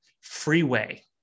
Freeway